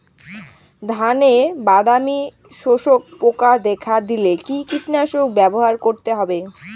ধানে বাদামি শোষক পোকা দেখা দিলে কি কীটনাশক ব্যবহার করতে হবে?